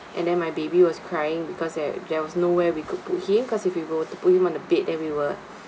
and then my baby was crying because there there was nowhere we could put him cause if we were to put him on the bed that we will